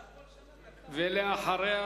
ולאחריה,